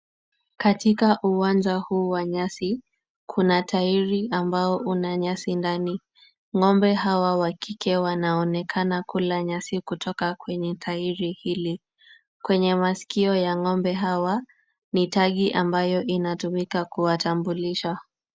Katika uwanja huu wa nyasi, kuna tairi ambao una nyasi ndani. Ng'ombe hawa wa kike wanaonekana kula nyasi kutoka kwenye tairi hili. Kwenye masikio ya ng'ombe hawa kuna tagi ambayo inatumika kuwatambulisha.